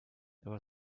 there